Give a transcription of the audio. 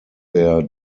their